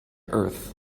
earth